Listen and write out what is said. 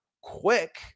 quick